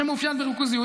שמאופיין בריכוזיות.